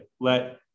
let